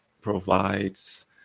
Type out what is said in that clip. provides